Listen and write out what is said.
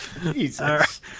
Jesus